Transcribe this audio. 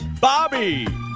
bobby